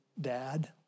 dad